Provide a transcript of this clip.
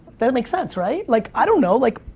that makes sense, right? like, i don't know, like,